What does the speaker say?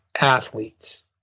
athletes